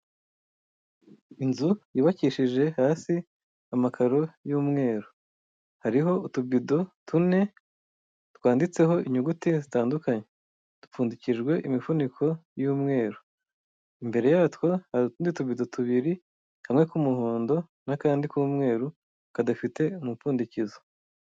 Inzu yubakishije hasi amakaro y'umweru. Hariho utubido tune, twanditseho inyuguti zitandukanye. Dupfundikijwe imifuniko y'umweru. Imbere yatwo hari utundi tubido tubiri; kamwe k'umuhondo n'akandi k'umweru kadafite umupfundikizo.